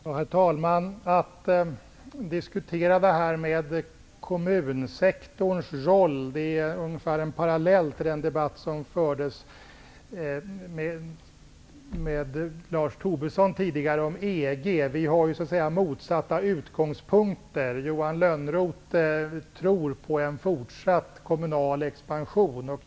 Herr talman! Diskussionen om kommunsektorns roll är en parallell till den debatt om EG som fördes här tidigare med Lars Tobisson. Vi har motsatta utgångspunkter. Johan Lönnroth tror på en fortsatt kommunal expansion.